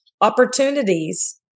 Opportunities